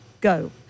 go